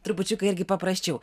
trupučiuką irgi paprasčiau